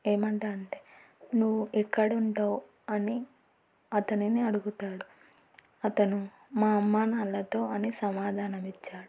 ఏమి అంటాడు అంటే నువ్వు ఎక్కడుంటావు అని అతనిని అడుగుతాడు అతను మా అమ్మ నాన్నతో అని సమాధానం ఇచ్చాడు